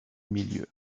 milieu